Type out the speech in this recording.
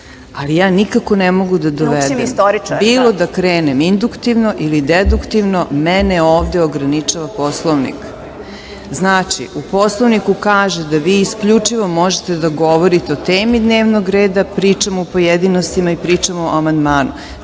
ali ja nikako ne mogu da dovedem bilo da krenem induktivno ili deduktivno, mene ovde ograničava Poslovnik. Znači, u Poslovniku kaže da vi isključivo možete da govorite o temi dnevnog reda, pričamo o pojedinostima i pričamo o amandmanu.